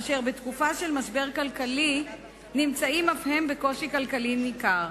אשר בתקופה של משבר כלכלי נמצאים אף הם בקושי כלכלי ניכר.